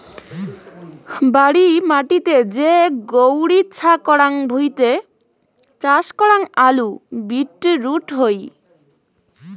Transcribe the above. বাড়ি মাটিতে যে গৈরী ছা করাং ভুঁইতে চাষ করাং আলু, বিট রুট হই